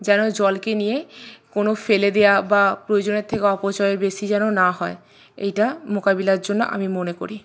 যেন জলকে নিয়ে কোনো ফেলে দেওয়া বা প্রয়োজনের থেকে অপচয় বেশি যেন না হয় এইটা মোকাবিলার জন্য আমি মনে করি